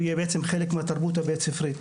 יהיה בעצם חלק מהתרבות הבית-ספרית,